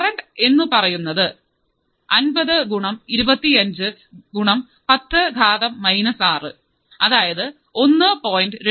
current എന്നു പറയുന്നതു അൻപത് ഗുണം ഇരുപത്തിയഞ്ചു ഗുണം പത്ത ഖാതം മൈനസ് ആറ് അതായത് ഒന്നു പോയിൻറ് രണ്ടു അഞ്ചു മില്ലി ആമ്പിയർ ആണ്